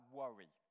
worry